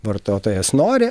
vartotojas nori